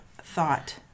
thought